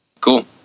Cool